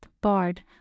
BARD